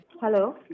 Hello